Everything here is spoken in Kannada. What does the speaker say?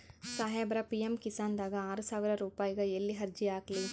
ಸಾಹೇಬರ, ಪಿ.ಎಮ್ ಕಿಸಾನ್ ದಾಗ ಆರಸಾವಿರ ರುಪಾಯಿಗ ಎಲ್ಲಿ ಅರ್ಜಿ ಹಾಕ್ಲಿ?